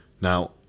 Now